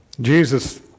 Jesus